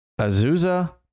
Azusa